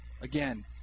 Again